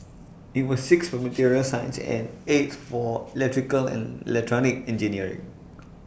IT was sixth for materials science and eighth for electrical and electronic engineering